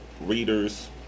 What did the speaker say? readers